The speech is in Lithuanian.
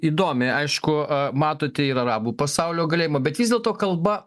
jisai į įdomiai aišku matote ir arabų pasaulio galėjimą bet vis dėlto kalba